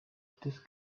this